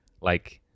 Like-